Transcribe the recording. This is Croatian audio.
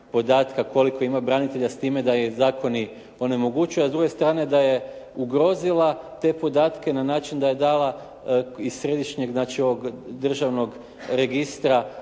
koliko ima branitelja s time da je zakoni onemogućuje a s druge strane da je ugrozila te podatke na način da je dala iz središnjeg, znači ovog državnog registra